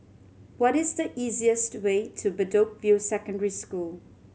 what is the easiest way to Bedok View Secondary School